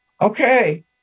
Okay